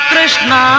Krishna